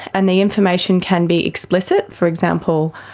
and the information can be explicit for example,